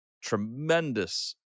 tremendous